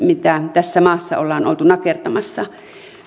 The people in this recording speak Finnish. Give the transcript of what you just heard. mitä tässä maassa ollaan oltu nakertamassa